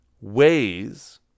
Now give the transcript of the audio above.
ways